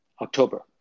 October